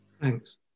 Thanks